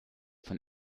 von